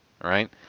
right